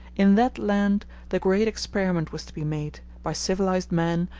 in that land the great experiment was to be made, by civilized man,